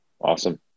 Awesome